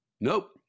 nope